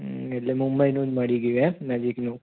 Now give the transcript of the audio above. હં એટલે મુંબઈનું જ મળી ગયું એમ નજીકનું